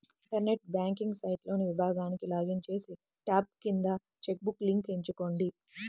internet banking సైట్లోని విభాగానికి login చేసి, ట్యాబ్ కింద చెక్ బుక్ లింక్ ఎంచుకోండి